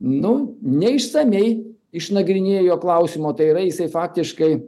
nu neišsamiai išnagrinėjo klausimo tai yra jisai faktiškai